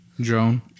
Drone